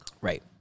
Right